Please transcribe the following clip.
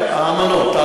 האמנות.